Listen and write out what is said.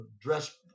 dress